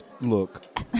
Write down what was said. Look